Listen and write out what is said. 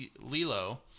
Lilo